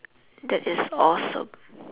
that is awesome